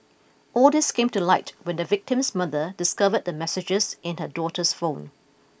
all these came to light when the victim's mother discovered the messages in her daughter's phone